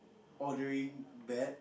odoring bad